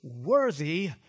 worthy